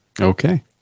Okay